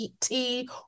tea